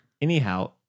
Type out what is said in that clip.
anyhow